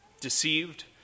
deceived